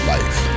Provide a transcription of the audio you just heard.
Life